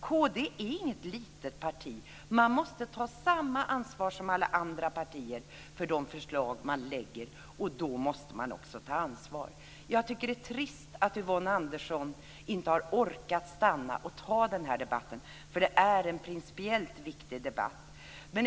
Kd är inget litet parti i dag, och man måste ta samma ansvar som andra partier för de förslag man lägger fram. Det är trist att Yvonne Andersson inte har orkat stanna och ta den debatten. Det är en principiellt viktig debatt.